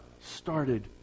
started